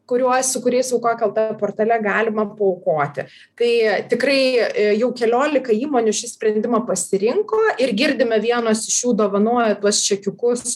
kuriuo su kuriais aukok lt portale galima paaukoti tai tikrai jau keliolika įmonių šį sprendimą pasirinko ir girdime vienos iš jų dovanojo tuos čekiukus